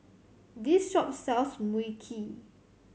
this shop sells Mui Kee